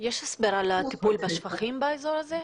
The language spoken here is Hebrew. יש הסבר על הטיפול בשפכים באזור הזה?